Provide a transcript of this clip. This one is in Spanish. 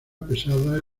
pesada